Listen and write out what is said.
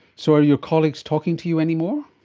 so are your colleagues talking to you anymore?